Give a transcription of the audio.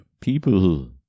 people